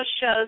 shows